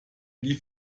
die